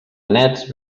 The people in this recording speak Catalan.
nets